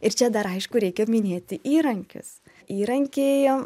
ir čia dar aišku reikia minėti įrankius įrankiai